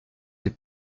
des